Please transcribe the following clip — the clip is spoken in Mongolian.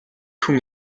хүн